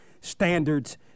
standards